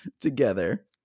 together